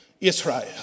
Israel